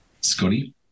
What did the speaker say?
Scotty